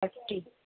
eighty